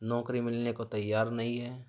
نوکری ملنے کو تیار نہیں ہے